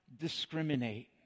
discriminate